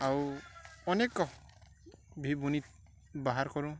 ଆଉ ଅନେକ ଭି ବୁଣି ବାହାର କରୁଁ